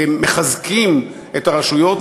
מחזקים את הרשויות,